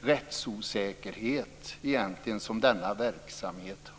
rättsosäkerhet som har präglat denna verksamhet.